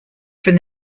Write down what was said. from